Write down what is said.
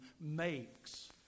makes